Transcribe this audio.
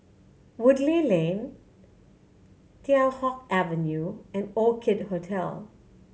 Woodleigh Lane Teow Hock Avenue and Orchid Hotel